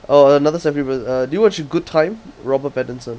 uh safdie brother uh did you watch good time robert pattinson